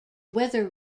weather